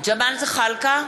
ג'מאל זחאלקה,